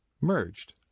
merged